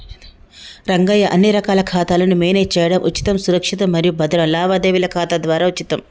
రంగయ్య అన్ని రకాల ఖాతాలను మేనేజ్ చేయడం ఉచితం సురక్షితం మరియు భద్రం లావాదేవీల ఖాతా ద్వారా ఉచితం